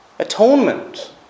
Atonement